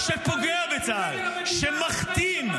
ראש השב"כ --- שבעה לוחמים נהרגו היום ואתה משמיץ אותם?